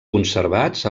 conservats